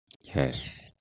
Yes